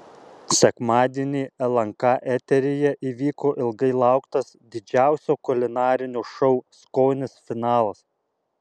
sekmadienį lnk eteryje įvyko ilgai lauktas didžiausio kulinarinio šou skonis finalas